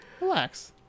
Relax